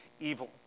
evil